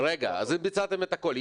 אז אם ביצעתם את הכול,